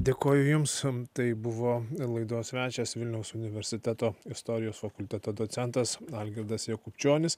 dėkoju jums tai buvo laidos svečias vilniaus universiteto istorijos fakulteto docentas algirdas jakubčionis